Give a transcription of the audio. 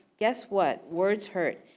guess what? words hurt.